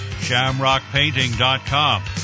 shamrockpainting.com